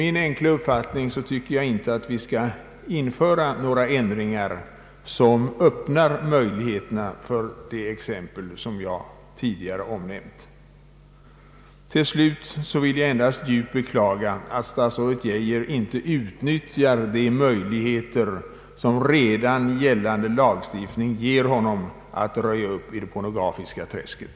Min enkla uppfattning är att vi inte skall införa några ändringar som öpp nar möjligheterna för sådana saker som jag tidigare omnämnt. Till slut, herr talman, vill jag endast djupt beklaga att statsrådet Geijer inte utnyttjar de möjligheter som redan gällande lagstiftning ger honom till att röja upp i det pornografiska träsket.